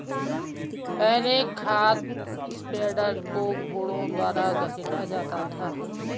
पहले खाद स्प्रेडर को घोड़ों द्वारा घसीटा जाता था